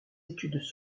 études